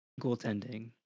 goaltending